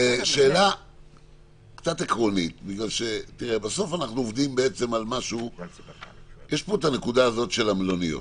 שאלה עקרונית: בסוף יש את הנקודה של המלוניות.